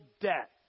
debt